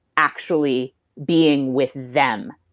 actually being with them,